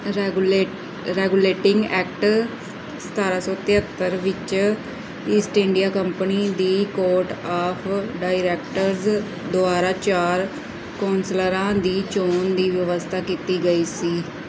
ਰੈਗੂਲੇ regulating act ਸਤਾਰਾਂ ਸੌ ਤੇਹੱਤਰ ਵਿੱਚ ਈਸਟ ਇੰਡੀਆ ਕੰਪਨੀ ਦੀ ਕੋਰਟ ਆਫ਼ ਡਾਇਰੈਕਟਰਜ਼ ਦੁਆਰਾ ਚਾਰ ਕੌਂਸਲਰਾਂ ਦੀ ਚੋਣ ਦੀ ਵਿਵਸਥਾ ਕੀਤੀ ਗਈ ਸੀ